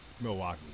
Milwaukee